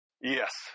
Yes